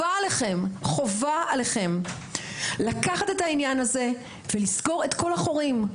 חובה עליכם לקחת את העניין הזה ולסגור את כל החורים.